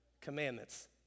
commandments